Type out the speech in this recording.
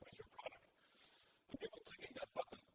your product. and people clicking that button